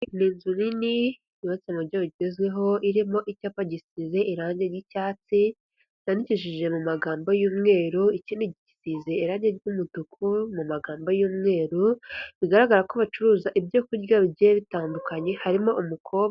Ni inzu nini yubatse mu buryo bugezweho irimo icyapa gisize irangi ry'icyatsi, cyandikishije mu magambo y'umweru, ikindi gisize irange ry'umutuku mu magambo y'umweru, bigaragara ko bacuruza ibyo kurya bigiye bitandukanye, harimo umukobwa.